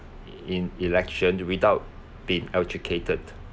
in election without been educated